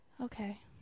okay